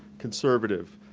conservative,